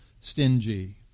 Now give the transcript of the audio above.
stingy